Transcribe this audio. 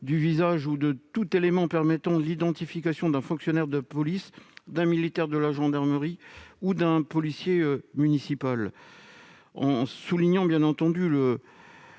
du visage ou de tout élément permettant l'identification d'un fonctionnaire de police, d'un militaire de la gendarmerie ou d'un policier municipal. Je souligne bien entendu le